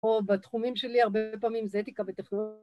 או בתחומים שלי, הרבה פעמים זה אתיקה וטכנולוגיה.